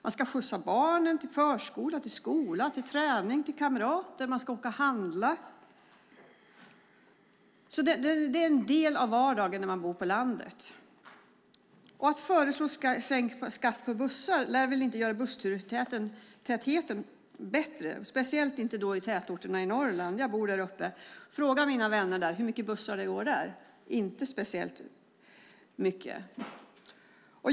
Man ska skjutsa barnen till förskola och skola, till träning och till kamrater. Man ska åka och handla. Det är en del av vardagen när man bor på landet. Att föreslå sänkt skatt på bussar lär väl inte göra bussturtätheten bättre, speciellt inte i tätorterna i Norrland. Jag bor där uppe. Fråga mina vänner där hur mycket bussar det går! Det är inte speciellt många.